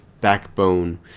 backbone